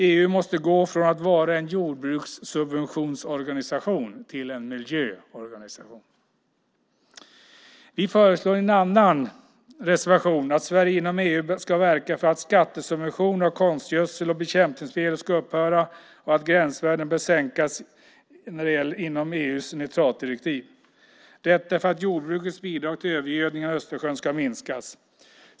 EU måste gå från att vara en jordbrukssubventionsorganisation till en miljöorganisation. Vi föreslår i en annan reservation att Sverige inom EU ska verka för att skattesubventioner av konstgödsel och bekämpningsmedel ska upphöra och att gränsvärdena bör sänkas inom EU:s nitratdirektiv. Detta för att jordbrukets bidrag till övergödningen av Östersjön ska minskas.